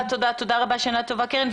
תודה קרן.